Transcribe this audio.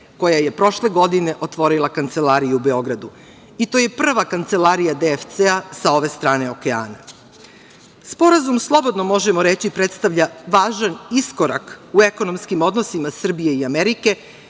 koja je prošle godine otvorila kancelariju u Beogradu. To je prva Kancelarija DFC sa ove strane okeana. Sporazum, slobodno možemo reći, predstavlja važan iskorak u ekonomskim odnosima Srbije i Amerike,